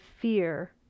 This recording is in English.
fear